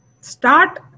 start